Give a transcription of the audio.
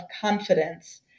confidence